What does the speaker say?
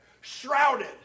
shrouded